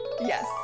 yes